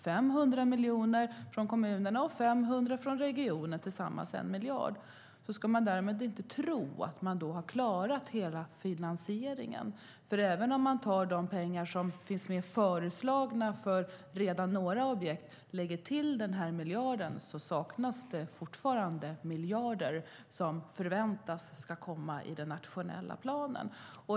500 miljoner från kommunerna och 500 från regionen blir tillsammans 1 miljard. Man ska dock inte tro att man därigenom har klarat hela finansieringen. Även om vi tar de pengar som redan finns föreslagna för några objekt och lägger till denna miljard saknas det fortfarande miljarder, som förväntas komma i den nationella planen.